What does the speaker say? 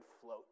float